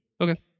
Okay